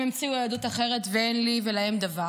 הם המציאו יהדות אחרת, ואין לי ולהם דבר.